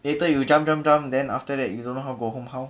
later you jump jump jump then after that you don't know how go home how